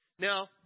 Now